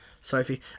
Sophie